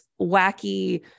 wacky